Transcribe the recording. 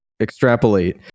extrapolate